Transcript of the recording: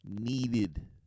needed